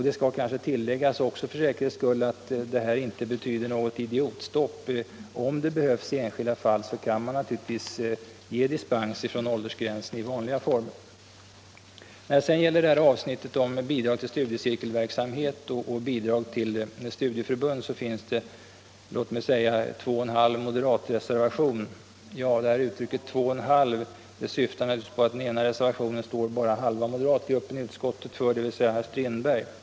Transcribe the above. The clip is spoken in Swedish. Det skall kanske för säkerhets skull också tilläggas att det här inte betyder något idiotstopp. Om det behövs i enskilda fall kan man naturligtvis ge dispens från åldersgränsen i vanliga former. När det gäller avsnittet om bidrag till studiecirkelverksamhet och bidrag till studieförbund finns det, låt mig säga, två och en halv moderatreservationer. Därmed menar jag att bakom den ena reservationen står bara halva moderatgruppen i utskottet, dvs. herr Strindberg.